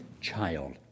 child